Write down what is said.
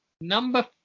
Number